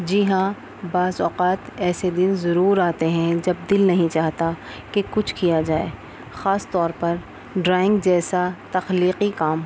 جی ہاں بعض اوقات ایسے دن ضرور آتے ہیں جب دل نہیں چاہتا کہ کچھ کیا جائے خاص طور پر ڈرائنگ جیسا تخلیقی کام